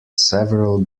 several